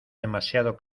demasiado